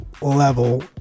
level